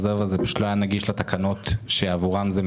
למרות שבטח תאמרו שלא נפגע.